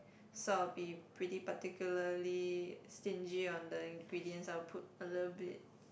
so I'll be pretty particularly stingy on the ingredients I will put a little bit